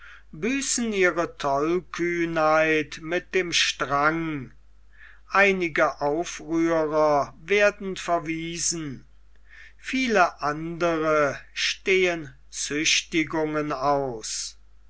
büßen ihre tollkühnheit mit dem strang einige aufrührer werden verwiesen viele andere stehen züchtigungen aus